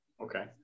Okay